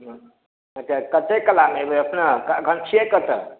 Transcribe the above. कतेक कलामे एबै अपने अखन छियै कतय